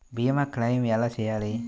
భీమ క్లెయిం ఎలా చేయాలి?